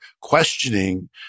questioning